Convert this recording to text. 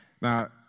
Now